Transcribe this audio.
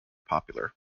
popular